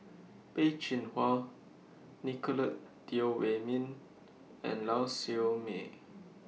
Peh Chin Hua Nicolette Teo Wei Min and Lau Siew Mei